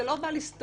זה לא בא לסתור,